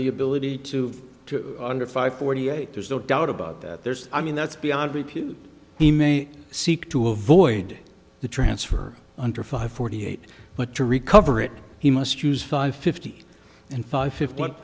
the ability to under five forty eight there's no doubt about that there's i mean that's beyond repute he may seek to avoid the transfer under five forty eight but to recover it he must use five fifty and five fifty one